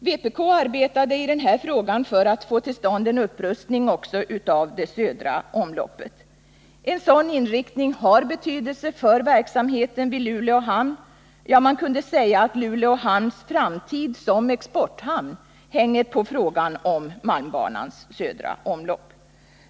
Vpk arbetade i den här frågan för att få till stånd en upprustning även av det södra omloppet. En sådan inriktning har betydelse för verksamheten vid Luleå hamn, ja, man skulle kunna säga att Luleå hamns framtid som exporthamn hänger på frågan om malmbanans södra omlopp.